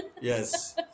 Yes